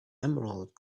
emerald